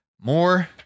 more